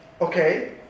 Okay